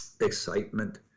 excitement